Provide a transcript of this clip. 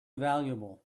valuable